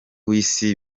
w’isi